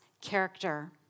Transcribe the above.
character